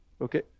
Okay